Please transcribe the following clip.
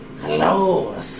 Hello